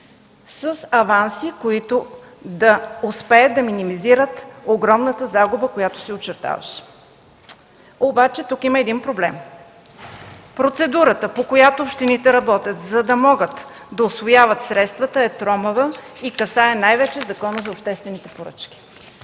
с аванси, които да успеят да минимизират огромната загуба, която се очертаваше. Тук обаче има един проблем. Процедурата, по която работят общините за усвояване на средствата, е тромава и касае най-вече Закона за обществените поръчки.